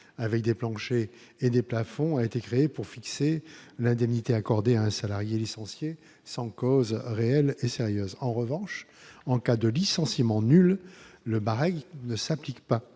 avec des planchers et des plafonds, a été créé pour fixer l'indemnité accordée à un salarié licencié sans cause réelle et sérieuse, en revanche, en cas de licenciement nul le Bahreïn ne s'applique pas